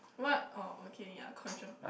what orh okay yah contraband